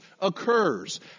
occurs